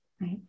right